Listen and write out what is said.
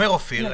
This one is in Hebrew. אומר אופיר,